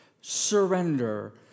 surrender